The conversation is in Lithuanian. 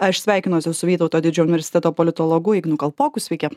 aš sveikinuosi su vytauto didžiojo universiteto politologu ignu kalpoku sveiki